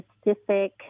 specific